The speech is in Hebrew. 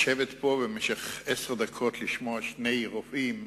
לשבת פה במשך עשר דקות לשמוע שני רופאים,